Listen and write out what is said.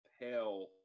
pale